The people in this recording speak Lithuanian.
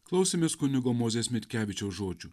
klausėmės kunigo mozės mitkevičiaus žodžių